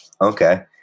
Okay